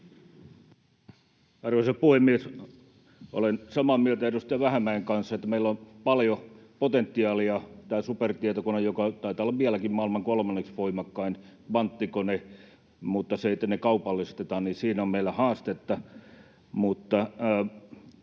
Arvoisa puhemies! Olen samaa mieltä edustaja Vähämäen kanssa, että meillä on paljon potentiaalia — tämä supertietokone taitaa olla vieläkin maailman kolmanneksi voimakkain kvanttikone — mutta siinä, että ne kaupallistetaan, on meillä haastetta.